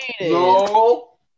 No